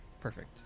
perfect